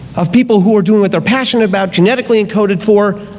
of people who are doing what they're passionate about, genetically encoded for,